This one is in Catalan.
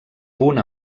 punt